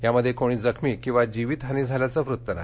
यामध्ये कोणी जखमी किंवा जीवितहानी झाल्याचं वृत्त नाही